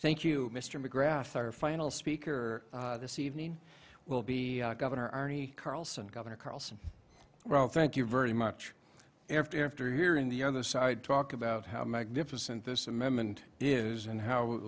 thank you mr mcgrath our final speaker this evening will be governor arnie carlson governor carlson well thank you very much after after here in the other side talk about how magnificent this amendment is and how